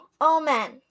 Amen